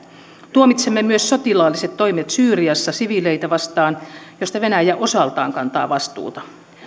tuomitsemme myös sotilaalliset toimet syyriassa siviileitä vastaan joista venäjä osaltaan kantaa vastuuta